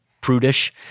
prudish